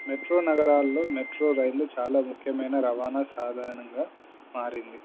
metro నగరాల్లో metro rail చాలా ముఖ్యమైన రవాణా సాధనంగా మారింది